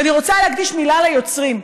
ואני רוצה להקדיש מילה ליוצרים.